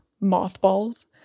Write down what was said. mothballs